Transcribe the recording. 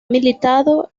militado